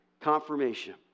confirmation